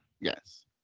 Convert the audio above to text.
Yes